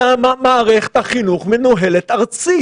למה מערכת החינוך מנוהלת ארצית?